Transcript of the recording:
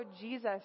Jesus